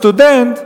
סטודנט,